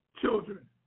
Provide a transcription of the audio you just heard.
children